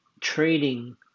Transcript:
trading